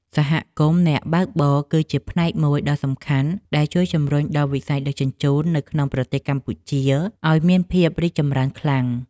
សហគមន៍អ្នកបើកបរគឺជាផ្នែកមួយដ៏សំខាន់ដែលជួយជំរុញដល់វិស័យដឹកជញ្ជូននៅក្នុងប្រទេសកម្ពុជាឱ្យមានភាពរីកចម្រើនខ្លាំង។